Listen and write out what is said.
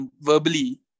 verbally